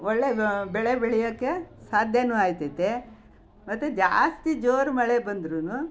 ಒಳ್ಳೆಯ ಬೆಳೆ ಬೆಳೆಯೋಕ್ಕೆ ಸಾಧ್ಯವೂ ಆಗ್ತದೆ ಮತ್ತು ಜಾಸ್ತಿ ಜೋರು ಮಳೆ ಬಂದ್ರೂ